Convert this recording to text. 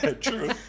True